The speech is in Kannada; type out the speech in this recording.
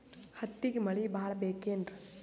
ಹತ್ತಿಗೆ ಮಳಿ ಭಾಳ ಬೇಕೆನ್ರ?